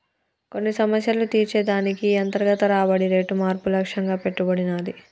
కొన్ని సమస్యలు తీర్చే దానికి ఈ అంతర్గత రాబడి రేటు మార్పు లక్ష్యంగా పెట్టబడినాది